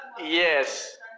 Yes